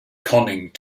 conning